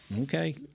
Okay